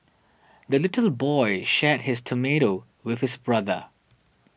the little boy shared his tomato with his brother